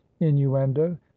innuendo